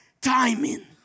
timing